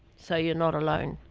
so you're not alone.